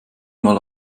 mal